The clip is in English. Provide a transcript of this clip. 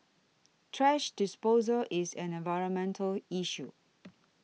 thrash disposal is an environmental issue